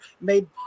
made